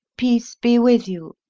peace be with you,